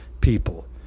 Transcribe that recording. people